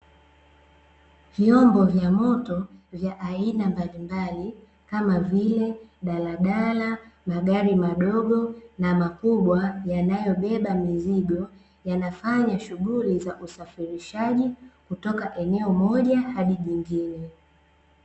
Vyombo vya moto vya aina mbalimbali kama vile: daladala, magari madogo na makubwa, yanayobeba mizigo yanafanya shughuli za usafirishaji kutoka eneo moja hadi jingine.